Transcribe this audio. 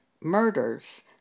murders